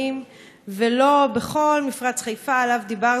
ולא בכל מפרץ חיפה, שעליו דיברנו כאן ארוכות.